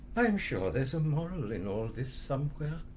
i'm sure there's a moral in all this somewhere,